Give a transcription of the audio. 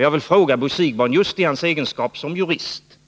Jag vill fråga Bo Siegbahn just i hans egenskap av jurist,